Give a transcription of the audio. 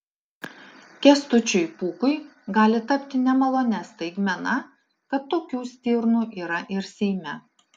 kęstučiui pūkui gali tapti nemalonia staigmena kad tokių stirnų yra ir seime